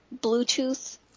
Bluetooth